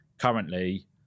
currently